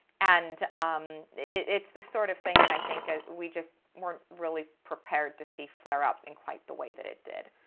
and um it's the sort of thing that i think we just weren't really prepared to see flare up in quite the way that it did.